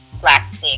plastic